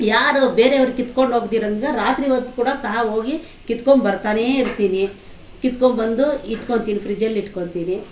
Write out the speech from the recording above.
ಯಾರು ಬೇರೆಯವರು ಕಿತ್ಕೊಂಡು ಹೋಗ್ದಿರೊಂಗೆ ರಾತ್ರಿ ಹೊತ್ತು ಕೂಡ ಸಹ ಹೋಗಿ ಕಿತ್ಕೊಂಬರ್ತಾನೆ ಇರ್ತೀನಿ ಕಿತ್ಕೊಂಬಂದು ಇಟ್ಕೊಳ್ತೀನಿ ಫ್ರಿಜ್ಜಲ್ಲಿ ಇಟ್ಕೊಳ್ತೀನಿ